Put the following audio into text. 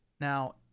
Now